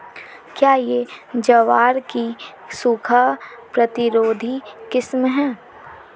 क्या यह ज्वार की सूखा प्रतिरोधी किस्म है?